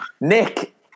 Nick